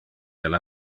del